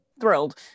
thrilled